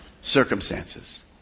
Circumstances